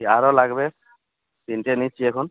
কী আরো লাগবে তিনটে নিচ্ছি এখন